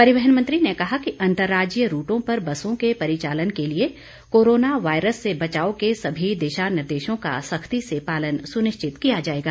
परिवहन मन्त्री ने कहा कि अंतरराज्यीय रूटों पर बसों के परिचालन के लिए कोरोना वायरस से बचाव के सभी दिशा निर्देशों का सख्ती से पालन सुनिश्चित किया जाएगा